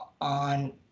on